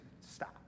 Stop